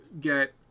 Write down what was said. get